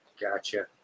Gotcha